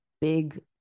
big